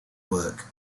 work